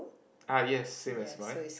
uh yes same as mine